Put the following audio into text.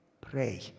pray